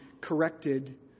corrected